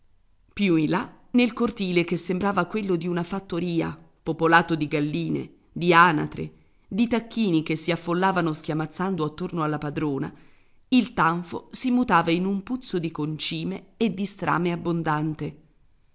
più in là nel cortile che sembrava quello di una fattoria popolato di galline di anatre di tacchini che si affollavano schiamazzando attorno alla padrona il tanfo si mutava in un puzzo di concime e di strame abbondante